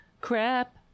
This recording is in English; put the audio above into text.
crap